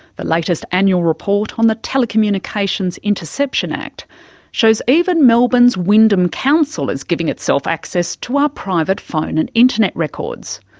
the latest annual report on the telecommunications interception act shows even melbourne's wyndham council is giving itself access to our ah private phone and internet records,